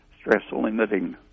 stress-limiting